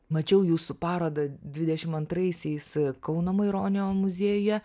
mačiau jūsų parodą dvidešim antraisiais kauno maironio muziejuje